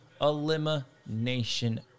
elimination